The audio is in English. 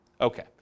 Okay